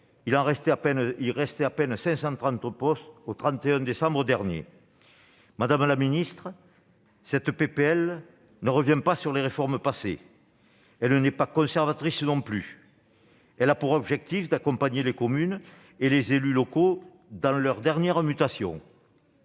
et il restait à peine 530 POS au 31 décembre dernier. Madame la ministre, cette proposition de loi ne revient pas sur les réformes passées. Elle n'est pas non plus conservatrice. Elle a pour objectif d'accompagner les communes et les élus locaux dans cette dernière mutation.